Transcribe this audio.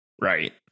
Right